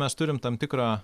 mes turim tam tikrą